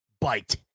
bite